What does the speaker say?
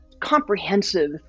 comprehensive